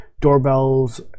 doorbells